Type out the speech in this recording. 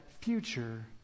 future